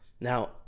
Now